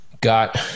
got